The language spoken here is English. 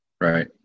Right